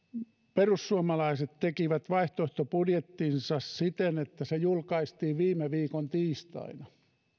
perussuomalaiset tekivät vaihtoehtobudjettinsa siten että se julkaistiin viime viikon tiistaina